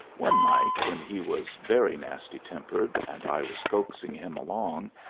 one night, when he was very nasty-tempered and i was coaxing him along,